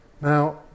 Now